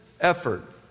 effort